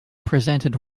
presented